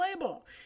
label